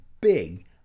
big